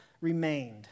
remained